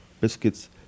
Biscuits